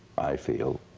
i feel.